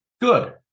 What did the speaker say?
Good